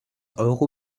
euro